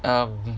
um